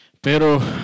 pero